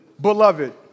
Beloved